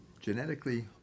genetically